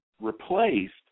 replaced